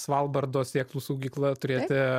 svalbardo sėklų saugykla turėti